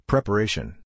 Preparation